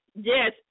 yes